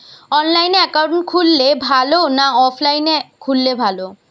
অনলাইনে একাউন্ট খুললে ভালো না অফলাইনে খুললে ভালো?